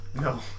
no